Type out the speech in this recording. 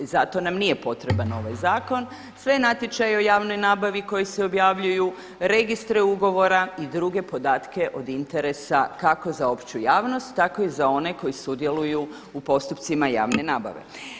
Zato nam nije potreban ovaj zakon, sve natječaje o javnoj nabavi koji se objavljuju, registre ugovora i druge podatke od interesa kako za opću javnost tako i za one koji sudjeluju u postupcima javne nabave.